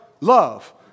love